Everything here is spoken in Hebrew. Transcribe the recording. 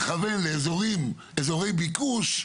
נכוון לאזורי ביקוש,